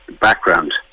background